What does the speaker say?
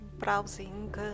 browsing